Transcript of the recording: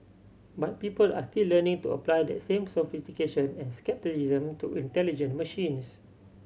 but people are still learning to apply that same sophistication and scepticism to intelligent machines